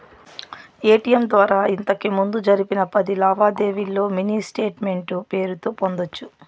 ATM ద్వారా ఇంతకిముందు జరిపిన పది లావాదేవీల్లో మినీ స్టేట్మెంటు పేరుతో పొందొచ్చు